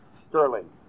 Sterling